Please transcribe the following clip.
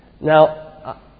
Now